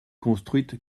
construite